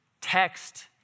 text